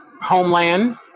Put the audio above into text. homeland